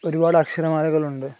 ഒരുപാട് അക്ഷരമാലകളുണ്ട്